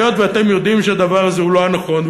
היות שאתם יודעים שהדבר הזה הוא לא הנכון,